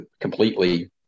completely